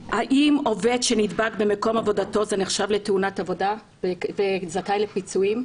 האם עובד שנדבק במקום עבודתו זה נחשב לתאונת עבודה וזכאי לפיצויים?